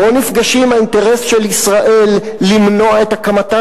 פה נפגשים האינטרס של ישראל למנוע את הקמתה